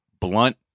blunt